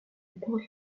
porte